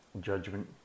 judgment